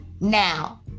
now